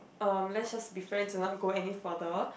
um let's just be friends and not go any further